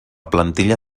plantilla